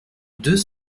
deux